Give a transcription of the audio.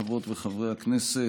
חברות וחברי הכנסת,